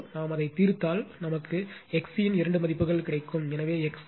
நாம் அதைத் தீர்த்தால் XC இன் இரண்டு மதிப்புகள் கிடைக்கும் எனவே XC 8